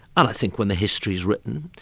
and i think when the history is written,